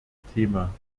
thema